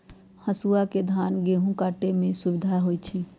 हसुआ से धान गहुम काटे में सुविधा होई छै